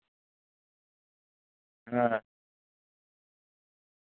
ᱦᱮᱸ